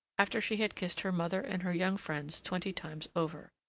after she had kissed her mother and her young friends twenty times over.